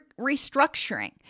restructuring